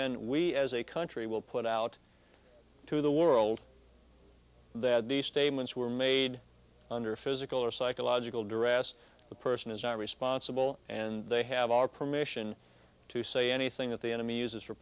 then we as a country will put out to the world that these statements were made under physical or psychological duress the person is not responsible and they have our permission to say anything at the enemy uses for